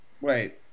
Wait